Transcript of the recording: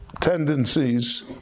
tendencies